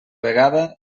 vegada